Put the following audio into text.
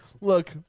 look